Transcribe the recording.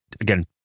again